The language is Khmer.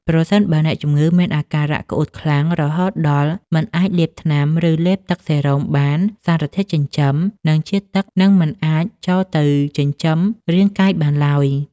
ប្រសិនបើអ្នកជំងឺមានអាការៈក្អួតខ្លាំង រហូតដល់មិនអាចលេបថ្នាំ ឬលេបទឹកសេរ៉ូមបាន សារធាតុចិញ្ចឹម និងជាតិទឹកនឹងមិនអាចចូលទៅចិញ្ចឹមរាងកាយបានឡើយ។